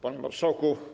Panie Marszałku!